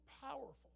powerful